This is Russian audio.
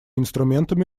инструментами